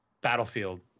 Battlefield